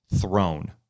throne